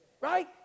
Right